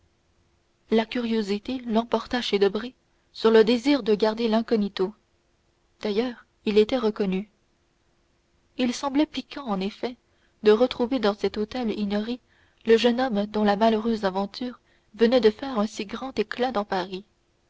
la curiosité l'emporta chez debray sur le désir de garder l'incognito d'ailleurs il était reconnu il semblait piquant en effet de retrouver dans cet hôtel ignoré le jeune homme dont la malheureuse aventure venait de faire un si grand éclat dans paris